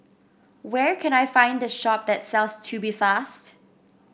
where can I find the shop that sells Tubifast